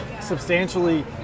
substantially